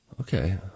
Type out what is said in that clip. Okay